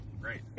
Great